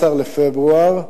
17 בפברואר,